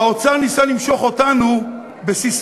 האוצר ניסה למשוך אותנו בססמאות: